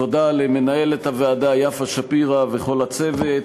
תודה למנהלת הוועדה יפה שפירא וכל הצוות,